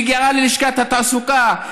ללשכת התעסוקה,